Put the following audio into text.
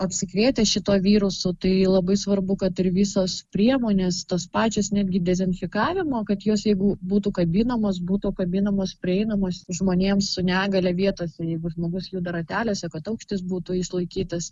apsikrėtę šituo virusu tai labai svarbu kad ir visos priemonės tos pačios netgi dezinfekavimo kad jos jeigu būtų kabinamos būtų kabinamos prieinamos žmonėms su negalia vietose jeigu žmogus juda rateliuose kad aukštis būtų išlaikytas